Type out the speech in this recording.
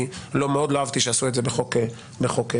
אני מאוד לא אהבתי שעשו את זה בחוק יסוד: